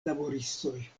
laboristoj